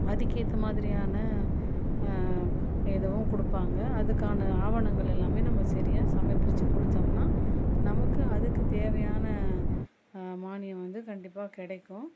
அதுக்கேற்ற மாதிரியான எதுவும் கொடுப்பாங்க அதுக்கான ஆவணங்கள் எல்லாமே நம்ம சரியாக சமர்ப்பிச்சி கொடுத்தோம்னா நமக்கு அதுக்குத் தேவையான மானியம் வந்து கண்டிப்பாக கிடைக்கும்